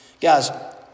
Guys